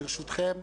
ברשותכם,